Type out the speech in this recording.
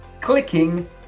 clicking